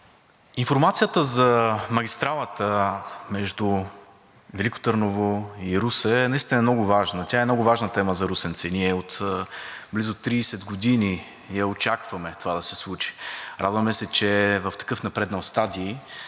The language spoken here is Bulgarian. Информацията за магистралата между Велико Търново и Русе наистина е много важна. Това е много важна тема за русенци. Ние от близо 30 години очакваме това да се случи. Радваме се, че е в такъв напреднал стадий,